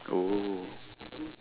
oh